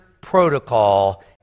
protocol